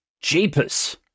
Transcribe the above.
Jeepers